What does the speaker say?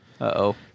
Uh-oh